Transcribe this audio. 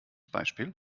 beispiel